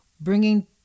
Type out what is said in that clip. bringing